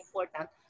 important